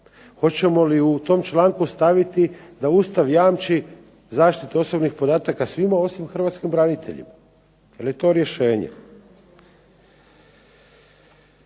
Hoćemo li u tom članku staviti da Ustav jamči zaštitu osobnih podataka svima osim hrvatskim braniteljima. Je li to rješenje?